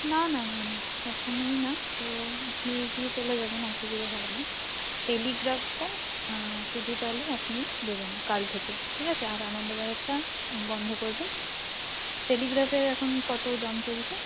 না না না না কখনই না তো আপনি দিয়ে চলে যাবেন অসুবিধে হবে না টেলিগ্রাফটা শুধু তাহলে আপনি দেবেন কাল থেকে ঠিক আছে আর আনন্দবাজারটা বন্ধ করবেন টেলিগ্রাফের এখন কত দাম চলছে